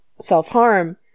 self-harm